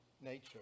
nature